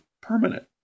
permanent